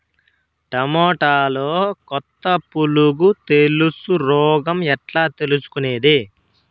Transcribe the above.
టమోటాలో కొత్త పులుగు తెలుసు రోగం ఎట్లా తెలుసుకునేది?